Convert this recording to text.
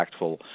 impactful